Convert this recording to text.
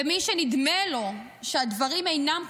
ומי שנדמה לו שהדברים אינם קשורים,